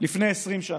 לפני 20 שנה.